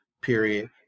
period